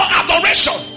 adoration